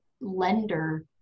lender